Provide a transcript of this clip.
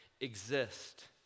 exist